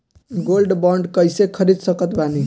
Gold bond कईसे खरीद सकत बानी?